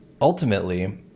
ultimately